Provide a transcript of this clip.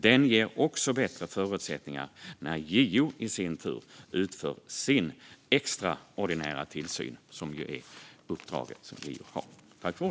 Den ger också bättre förutsättningar när JO i sin tur utför sin extraordinära tillsyn - det uppdrag JO har.